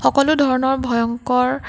সকলো ধৰণৰ ভয়ংকৰ